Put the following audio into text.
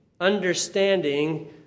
Understanding